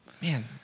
Man